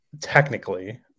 technically